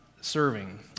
serving